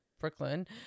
Brooklyn